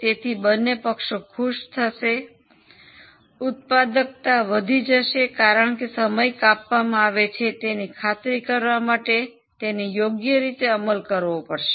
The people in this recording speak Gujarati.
તેથી બંને પક્ષો ખુશ થશે ઉત્પાદકતા વધી જશે કારણ કે સમય કાપવામાં આવે છે તેની ખાતરી કરવા માટે તેને યોગ્ય રીતે અમલ કરવો પડશે